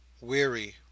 Weary